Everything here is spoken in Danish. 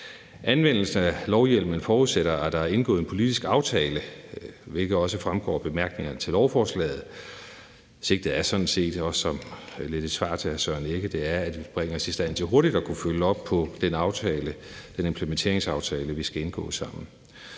Anvendelse af lovhjemlen forudsætter, at der er indgået en politisk aftale, hvilket også fremgår af bemærkningerne til forslaget. Det ser jeg sådan set også som lidt et svar til hr. Søren Egge Rasmussen, for det bringer os i stand til hurtigt at at følge op på den aftale om implementering, vi skal indgå sammen.